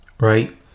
right